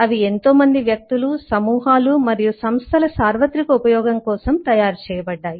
అవి ఎంతోమంది వ్యక్తులు సమూహాలు మరియు సంస్థల సార్వత్రిక ఉపయోగం కోసం తయారు చేయబడ్డాయి